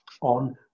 on